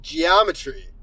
Geometry